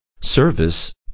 service